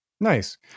Nice